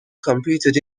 competed